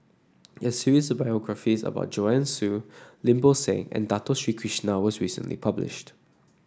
a series of biographies about Joanne Soo Lim Bo Seng and Dato Sri Krishna was recently published